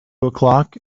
o’clock